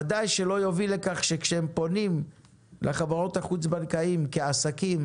ודאי שלא יוביל לכך שכשהם פונים לחברות החוץ בנקאיות כעסקים